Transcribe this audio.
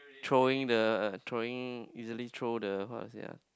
throwing the throwing easily throw the how to say ah